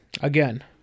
again